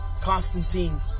Constantine